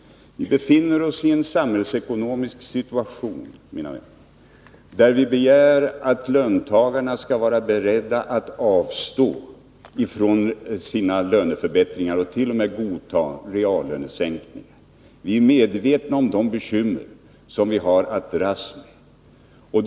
Vi befinner oss i en samihällekonomisk situation, där vi begär att löntagarna skall vara beredda att avstå från löneförbättringar och t.o.m. godta reallönesänkningar, och vi är medvetna om de bekymmer som vi har att dras med.